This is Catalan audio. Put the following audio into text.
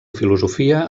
filosofia